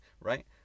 right